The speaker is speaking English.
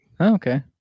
okay